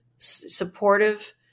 Supportive